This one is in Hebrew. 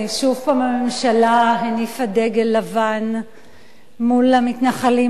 שוב הממשלה הניפה דגל לבן מול המתנחלים